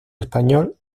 español